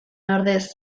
ordez